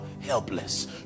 helpless